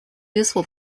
useful